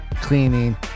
cleaning